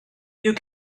you